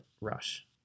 rush